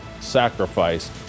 sacrifice